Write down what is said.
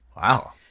Wow